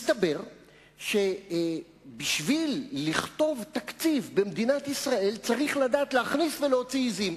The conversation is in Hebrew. מסתבר שבשביל לכתוב תקציב במדינת ישראל צריך לדעת להכניס ולהוציא עזים.